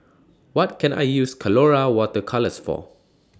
What Can I use Colora Water Colours For